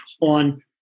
on